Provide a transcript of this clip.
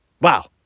Wow